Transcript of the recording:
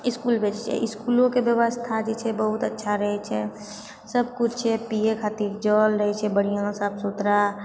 इसकुल भेजए छै आ इसकुलोके व्यवस्था जे छै बहुत अच्छा रहै छै सब किछु छै पिए खातिर जल रहै छै बढ़िआँ साफ सुथरा